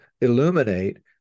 illuminate